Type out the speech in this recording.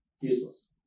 useless